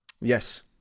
Yes